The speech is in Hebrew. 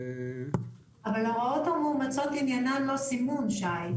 אבל ההוראות המאומצות עניינן לא סימון שי.